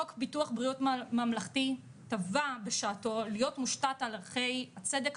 חוק ביטוח בריאות ממלכתי תבע בשעתו להיות מושתת על ערכי הצדק,